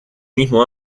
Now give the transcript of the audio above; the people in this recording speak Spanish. mismo